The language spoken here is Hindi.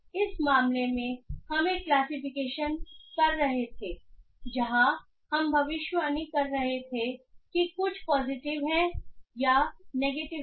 इस मामले में हम एक क्लासिफिकेशन कर रहे थे जहाँ हम भविष्यवाणी कर रहे थे कि कुछ पॉजिटिव या नेगेटिव है